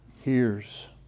hears